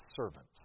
servants